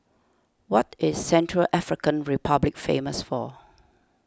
what is Central African Republic famous for